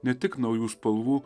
ne tik naujų spalvų